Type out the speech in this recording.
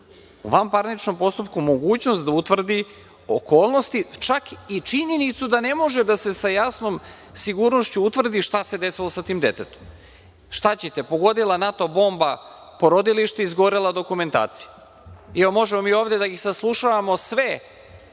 u vanparničnom postupku mogućnost da utvrdi okolnosti, čak i činjenicu da ne može da se sa jasnom sigurnošću utvrdi šta se desilo sa tim detetom. Šta ćete, pogodila NATO bomba porodilište, izgorela dokumentacija? Možemo mi ovde da ih saslušavamo sve,